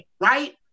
right